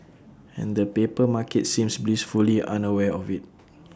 and the paper market seems blissfully unaware of IT